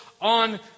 on